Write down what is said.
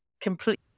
complete